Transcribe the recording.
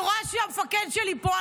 אני רואה שהמפקד שלי פה.